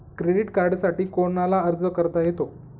Credit कार्डसाठी कोणाला अर्ज करता येतो?